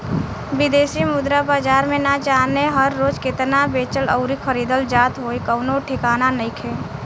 बिदेशी मुद्रा बाजार में ना जाने हर रोज़ केतना बेचल अउरी खरीदल जात होइ कवनो ठिकाना नइखे